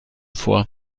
vor